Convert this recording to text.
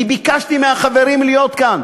אני ביקשתי מהחברים להיות כאן.